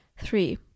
Three